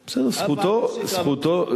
זכותו.